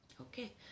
Okay